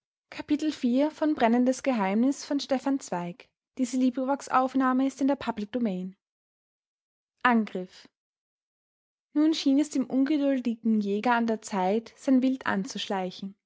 angriff nun schien es dem ungeduldigen jäger an der zeit sein wild anzuschleichen